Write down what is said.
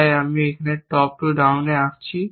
তাই আমি এই টপ টু ডাউনে আঁকছি